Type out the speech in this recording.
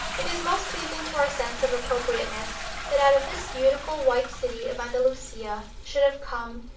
it is most pleasing to our sense of appropriateness that out of this beautiful white city of andalusia, should have come,